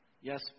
yes